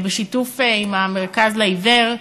בשיתוף "המרכז לעיוור",